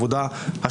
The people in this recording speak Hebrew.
את רוצה להצביע במקום